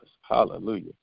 Hallelujah